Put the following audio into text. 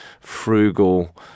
frugal